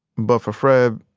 but for fred,